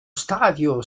stadio